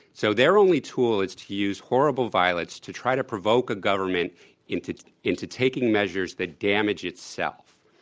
so their only tool is to use horrible violence to try to provoke a government into into taking measures that damages itself.